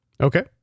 Okay